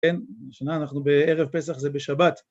כן, שנה אנחנו בערב פסח זה בשבת